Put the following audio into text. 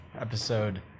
Episode